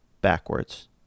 backwards